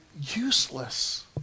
useless